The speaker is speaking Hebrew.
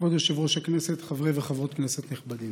כבוד יושב-ראש הכנסת, חברי וחברות כנסת נכבדים,